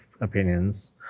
opinions